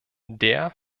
der